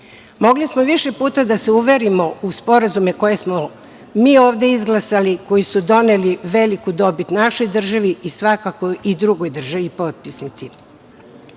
smo više puta da se uverimo u sporazume koje smo mi ovde izglasali, koji su doneli veliku dobit našoj državi i svakako i drugoj državi potpisnici.